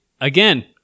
again